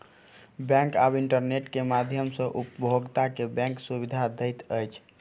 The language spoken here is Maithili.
बैंक आब इंटरनेट के माध्यम सॅ उपभोगता के बैंक सुविधा दैत अछि